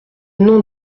nom